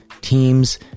teams